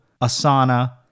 Asana